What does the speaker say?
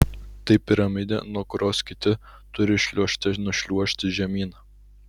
tai piramidė nuo kurios kiti turi šliuožte nušliuožti žemyn